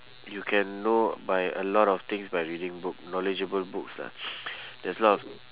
you can know by a lot of things by reading book knowledgeable books lah there's lots